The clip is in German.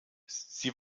sie